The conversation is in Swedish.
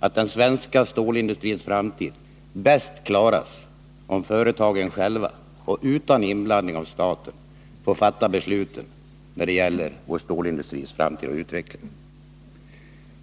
att den svenska stålindustrins framtid bäst klaras om företagen själva och utan inblandning från staten får fatta besluten när det gäller vår stålindustris framtid och utveckling.